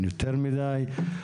יותר מדיי,